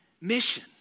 mission